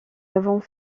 avons